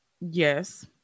Yes